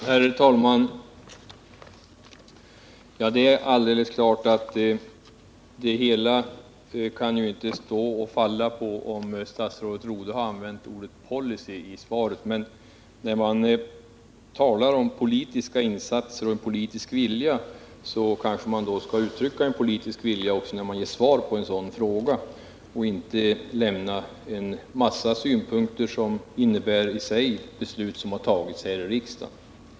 Herr talman! Det är alldeles klart att det hela inte kan stå och falla med om statsrådet Rodhe har använt ordet policy i svaret. Men när man talar om politiska insatser och politisk vilja kanske man också skall uttrycka en politisk vilja när man ger svar på en fråga och inte i stället lämna en mängd besked om beslut som har tagits här i riksdagen.